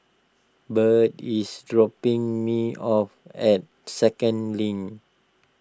Birt is dropping me off at Second Link